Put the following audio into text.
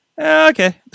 Okay